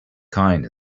kind